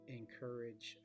encourage